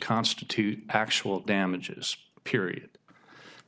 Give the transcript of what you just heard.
constitute actual damages period